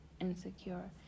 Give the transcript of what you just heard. insecure